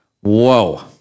Whoa